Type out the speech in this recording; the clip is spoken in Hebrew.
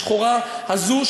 השחורה הזאת,